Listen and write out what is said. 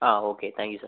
ആ okay thank you sir